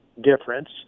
difference